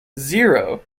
zero